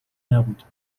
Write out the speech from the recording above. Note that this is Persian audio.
نبود